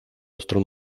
остро